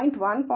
1 0